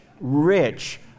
rich